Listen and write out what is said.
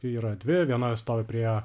yra dvi viena stovi prie